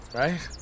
right